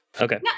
Okay